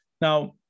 Now